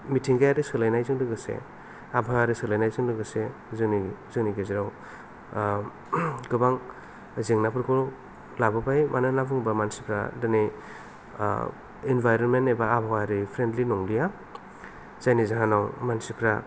मिथिंगायारि सोलायनायजों लोगोसे आबहावायारि सोलायनायजों लोगोसे जोंनि जोंनि गेजेराव गोबां जेंनाफोरखौ लाबोबाय मानो होनना बुङोब्ला मानसिफोरा दिनै इनभारमेन्ट एबा आबहावायारि फ्रेन्डलि नंलिया जायनि जाहोनाव मानसिफ्रा